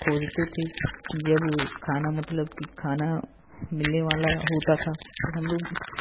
खोजते थे जब खाना मतलब कि खाना मिलने वाला होता था तो हम लोग